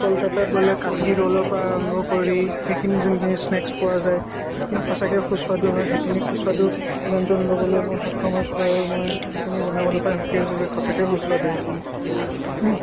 কলকাতাত গ'লে কাঠি ৰুলৰ পৰা আৰম্ভ কৰি এইখিনি যোনখিনি স্নেকচ পোৱা যায় সেইখিনি সঁচাকে সুস্বাদু হয় সেইখিনি সুস্বাদু ব্যঞ্জন ল'বলৈ মই সক্ষম হৈছোঁ আৰু মই এইখিনি জনাবলৈ পাই সুখী হৈছোঁ যে সঁচাকেই সুস্বাদু সেইখিনি